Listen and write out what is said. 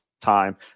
time